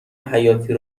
حیاتی